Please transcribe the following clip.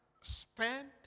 spent